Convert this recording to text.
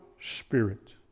spirit